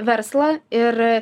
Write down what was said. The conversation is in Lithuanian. verslą ir